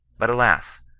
but alas,